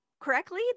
correctly